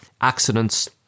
accidents